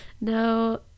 No